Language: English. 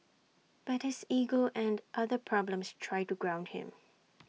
but his ego and other problems try to ground him